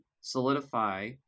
solidify